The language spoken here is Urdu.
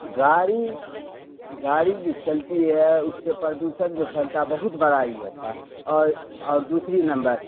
گاڑی گاڑی جو چلتی ہے اس سے پردوشن جو پھیلتا ہے بہت بڑا یہ ہوتا اور اور دوسری نمبر